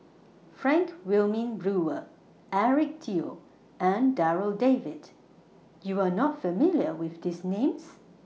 Frank Wilmin Brewer Eric Teo and Darryl David YOU Are not familiar with These Names